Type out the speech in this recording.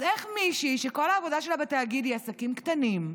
אז איך מישהי שכל העבודה שלה בתאגיד היא עסקים קטנים,